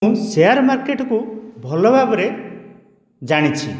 share ମାର୍କେଟକୁ ଭଲ ଭାବରେ ଜାଣିଛି